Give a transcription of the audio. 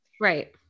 Right